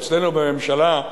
אצלנו בממשלה,